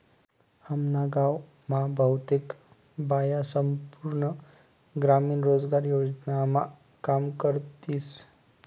आम्ना गाव मा बहुतेक बाया संपूर्ण ग्रामीण रोजगार योजनामा काम करतीस